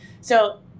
So-